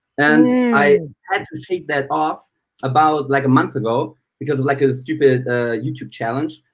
and i had to shave that off about like a month ago because of like a stupid youtube challenge.